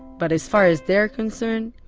but as far as they're concerned,